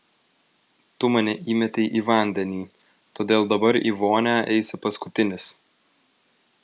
tu mane įmetei į vandenį todėl dabar į vonią eisi paskutinis